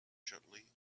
gently